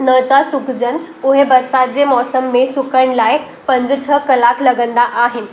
न था सुखिजनि उहे बरिसाति जे मौसम में सुखण लाइ पंज छह कलाक लॻंदा आहिनि